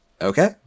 Okay